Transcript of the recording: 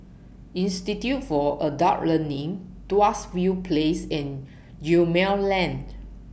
Institute For Adult Learning Tuas View Place and Gemmill Lane